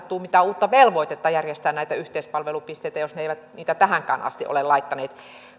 tule mitään uutta velvoitetta järjestää näitä yhteispalvelupisteitä jos ne eivät niitä tähänkään asti ole laittaneet